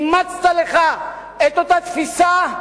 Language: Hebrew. אימצת לך את אותה תפיסה,